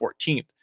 14th